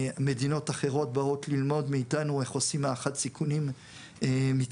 מדינות אחרות באות ללמוד מאיתנו איך עושים הערכת סיכונים מתקדמת.